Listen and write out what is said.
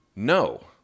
No